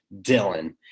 Dylan